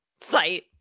site